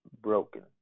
broken